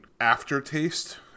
aftertaste